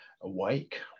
awake